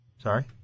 Sorry